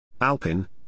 Alpin